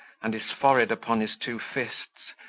and his forehead upon his two fists,